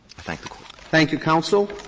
thank thank you, counsel.